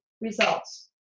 results